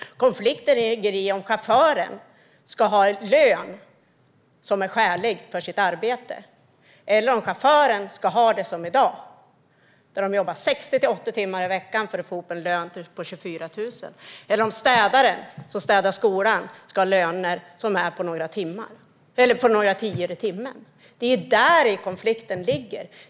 Konflikten handlar om chauffören ska ha en skälig lön för sitt arbete eller om chauffören ska ha det som i dag med 60-80 timmars jobb i veckan för att få ihop en lön på 24 000 eller om städaren i skolan ska arbeta för några tior i timmen. Det är däri konflikten ligger.